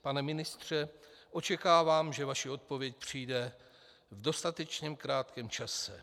Pane ministře, očekávám, že vaše odpověď přijde v dostatečně krátkém čase.